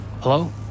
Hello